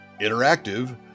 interactive